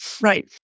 Right